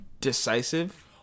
decisive